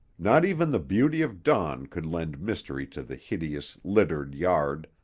not even the beauty of dawn could lend mystery to the hideous, littered yard,